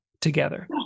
together